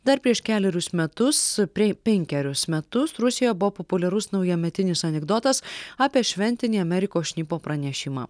dar prieš kelerius metus prie penkerius metus rusijoje buvo populiarus naujametinis anekdotas apie šventinį amerikos šnipo pranešimą